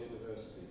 University